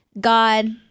God